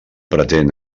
pretén